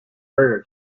burger